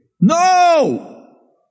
No